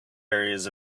areas